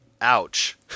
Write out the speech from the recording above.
Ouch